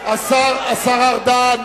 השר ארדן,